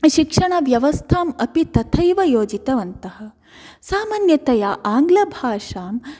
शिक्षणव्यवस्थामपि तथैव योजितवन्तः सामान्यतया आङ्ग्लभाषां